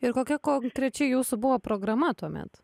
ir kokia konkrečiai jūsų buvo programa tuomet